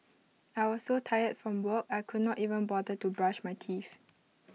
I was so tired from work I could not even bother to brush my teeth